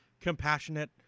compassionate